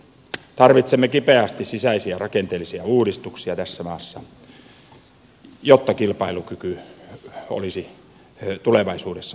tarvitsemme kipeästi sisäisiä rakenteellisia uudistuksia tässä maassa jotta kilpailukyky olisi tulevaisuudessa parempi